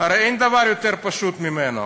הרי אין דבר יותר פשוט ממנו.